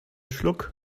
schluck